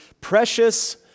precious